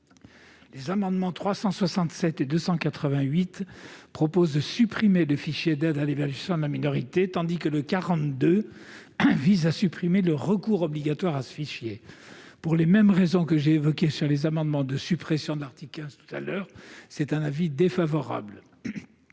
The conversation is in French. Les amendements n 367 rectifié et 288 proposent de supprimer le fichier d'aide à l'évaluation de la minorité, tandis que l'amendement n° 42 rectifié vise à supprimer le recours obligatoire à ce fichier. Pour les mêmes raisons que celles que j'ai développées sur les amendements de suppression de l'article 15 tout à l'heure, l'avis est défavorable.